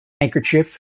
handkerchief